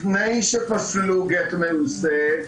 לפני שפסלו גט מעושה,